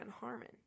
Harmon